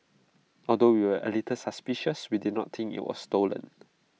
although we were A little suspicious we did not think IT was stolen